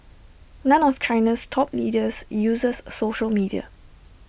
none of China's top leaders uses social media